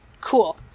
cool